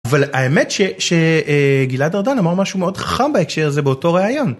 אבל האמת שגלעד ארדן אמר משהו מאוד חכם בהקשר זה באותו רעיון.